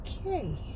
Okay